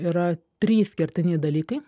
yra trys kertiniai dalykai